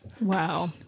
Wow